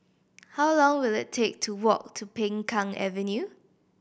how long will it take to walk to Peng Kang Avenue